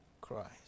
Christ